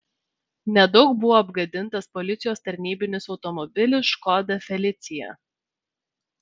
nedaug buvo apgadintas policijos tarnybinis automobilis škoda felicia